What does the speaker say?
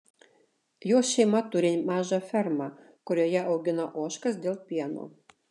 jos šeima turi mažą fermą kurioje augina ožkas dėl pieno